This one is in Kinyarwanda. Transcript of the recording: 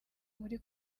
muri